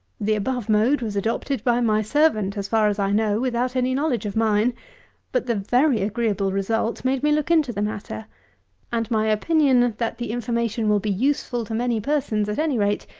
the above mode was adopted by my servant, as far as i know, without any knowledge of mine but the very agreeable result made me look into the matter and my opinion, that the information will be useful to many persons, at any rate,